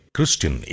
Christian